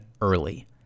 early